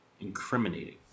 incriminating